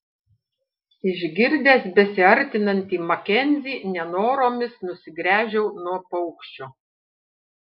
išgirdęs besiartinantį makenzį nenoromis nusigręžiau nuo paukščio